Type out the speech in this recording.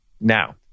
Now